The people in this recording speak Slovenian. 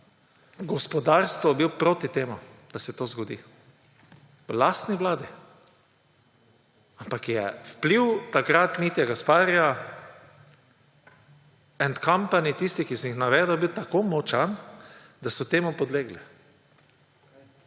gospodarstvo bil proti temu, da se to zgodi; v lastni vladi, ampak je bil vpliv takrat Mitje Gasparija and company, tistih, ki sem jih navedel, tako močan, da so temu podlegli.